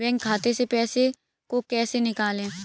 Bank खाते से पैसे को कैसे निकालें?